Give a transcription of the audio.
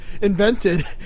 invented